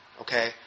okay